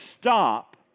stop